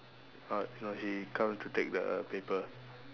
uh no he come to take the paper